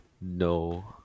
No